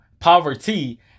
poverty